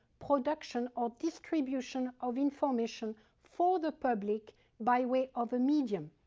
production or distribution of information for the public by way of a medium.